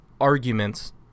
arguments